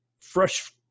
fresh